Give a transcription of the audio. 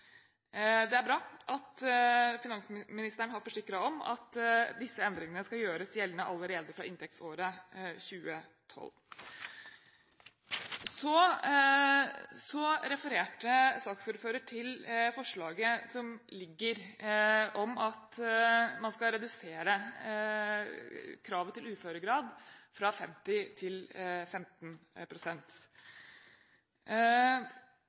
Det er bra at finansministeren forsikrer om at disse endringene skal gjøres gjeldende allerede fra inntektsåret 2012. Saksordfører refererte til forslaget som ligger i innstillingen, om at man skal redusere kravet til uføregrad fra 50 pst. til 15